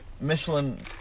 Michelin